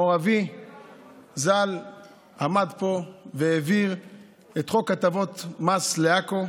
מו"ר אבי ז"ל עמד פה והעביר את חוק הטבות מס לעכו.